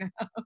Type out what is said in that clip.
now